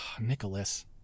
Nicholas